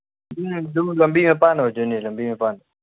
ꯂꯝꯕꯤ ꯃꯄꯥꯟ ꯑꯣꯏꯗꯣꯏꯅꯤ ꯂꯝꯕꯤ ꯃꯄꯥꯟ